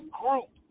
group